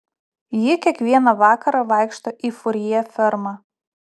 ji kiekvieną vakarą vaikšto į furjė fermą